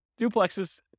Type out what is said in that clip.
duplexes